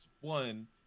one